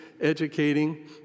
educating